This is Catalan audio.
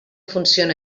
funciona